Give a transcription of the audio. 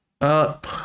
up